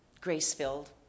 grace-filled